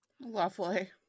Lovely